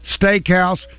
Steakhouse